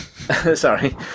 Sorry